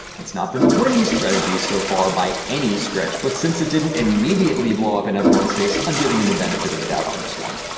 it's not been a winning strategy so far by any stretch, but since it didn't immediately blow up in everyone's face i'm giving him the benefit of the doubt on this one.